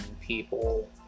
people